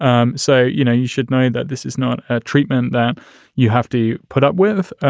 um so, you know, you should know that this is not a treatment that you have to put up with.